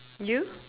you